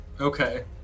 Okay